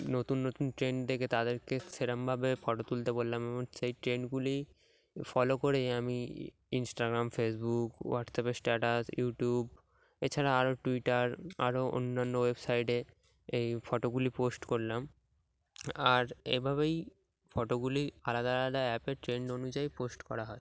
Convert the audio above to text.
নতুন নতুন ট্রেন্ড দেখে তাদেরকে সেরকমভাবে ফটো তুলতে বললাম এবং সেই ট্রেন্ডগুলি ফলো করেই আমি ইনস্টাগ্রাম ফেসবুক হোয়াটসঅ্যাপের স্ট্যাটাস ইউটিউব এছাড়া আরও টুইটার আরও অন্যান্য ওয়েবসাইটে এই ফটোগোগুলি পোস্ট করলাম আর এভাবেই ফটোগুলি আলাদা আলাদা অ্যাপের ট্রেন্ড অনুযায়ী পোস্ট করা হয়